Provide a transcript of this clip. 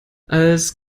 als